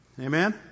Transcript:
Amen